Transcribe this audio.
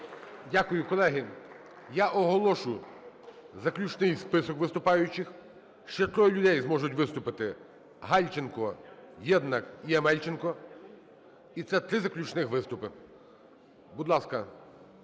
Дякую. Колеги, я оголошу заключний список виступаючих. Ще троє людей зможуть виступити: Гальченко, Єднак і Амельченко. І це три заключних виступи. Будь ласка,